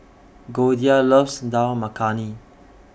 Goldia loves Dal Makhani